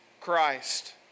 Christ